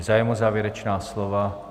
Zájem o závěrečná slova?